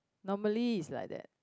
normally is like that